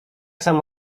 samo